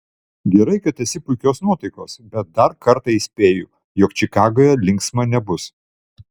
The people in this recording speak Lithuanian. gerai kad esi puikios nuotaikos bet dar kartą įspėju jog čikagoje linksma nebus